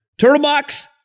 TurtleBox